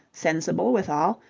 sensible withal,